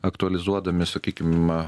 aktualizuodami sakykim